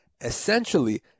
Essentially